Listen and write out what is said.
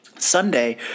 Sunday